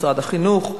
משרד החינוך,